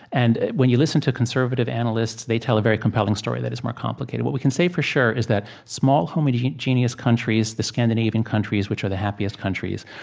and when you listen to conservative analysts, they tell a very compelling story that is more complicated what we can say for sure is that small homogeneous countries, the scandinavian countries, which are the happiest countries,